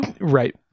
Right